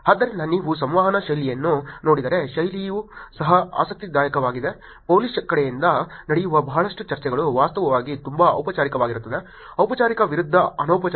ಆದ್ದರಿಂದ ನೀವು ಸಂವಹನ ಶೈಲಿಯನ್ನು ನೋಡಿದರೆ ಶೈಲಿಯು ಸಹ ಆಸಕ್ತಿದಾಯಕವಾಗಿದೆ ಪೊಲೀಸ್ ಕಡೆಯಿಂದ ನಡೆಯುವ ಬಹಳಷ್ಟು ಚರ್ಚೆಗಳು ವಾಸ್ತವವಾಗಿ ತುಂಬಾ ಔಪಚಾರಿಕವಾಗಿರುತ್ತವೆ ಔಪಚಾರಿಕ ವಿರುದ್ಧ ಅನೌಪಚಾರಿಕ